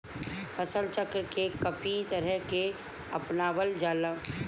फसल चक्र के कयी तरह के अपनावल जाला?